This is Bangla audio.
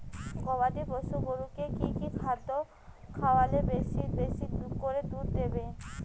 গবাদি পশু গরুকে কী কী খাদ্য খাওয়ালে বেশী বেশী করে দুধ দিবে?